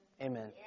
Amen